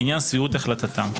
בעניין סבירות החלטתם.